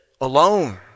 alone